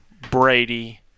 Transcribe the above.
Brady